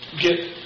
get